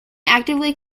actively